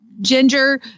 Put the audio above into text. Ginger